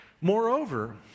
Moreover